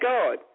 God